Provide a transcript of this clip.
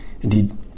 Indeed